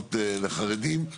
שכונות לחרדים.